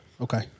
okay